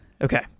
Okay